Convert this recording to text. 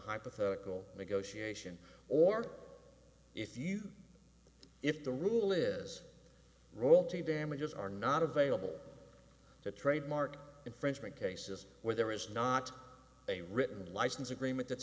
hypothetical negotiation or if you if the rule is wrong damages are not available to trademark infringement cases where there is not a written license agreement that's